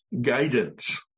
Guidance